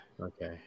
Okay